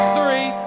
three